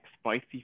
spicy